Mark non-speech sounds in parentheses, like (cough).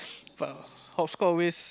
(noise) hopscotch always